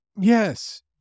Yes